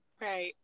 Right